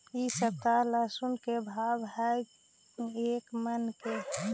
इ सप्ताह लहसुन के का भाव है एक मन के?